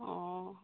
অঁ